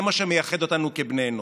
זה מה שמייחד אותנו כבני אנוש.